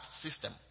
system